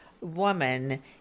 woman